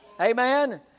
Amen